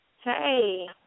Hey